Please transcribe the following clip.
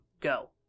go